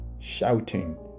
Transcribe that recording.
shouting